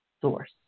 source